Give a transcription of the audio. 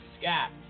scat